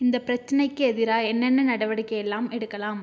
இந்த பிரச்சனைக்கு எதிராக என்னென்ன நடவடிக்கை எல்லாம் எடுக்கலாம்